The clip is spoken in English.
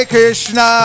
Krishna